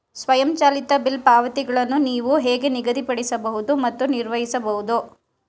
ಸ್ವಯಂಚಾಲಿತ ಬಿಲ್ ಪಾವತಿಗಳನ್ನು ನೀವು ಹೇಗೆ ನಿಗದಿಪಡಿಸಬಹುದು ಮತ್ತು ನಿರ್ವಹಿಸಬಹುದು?